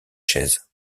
chaises